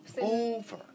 over